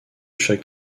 chaque